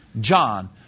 John